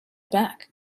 back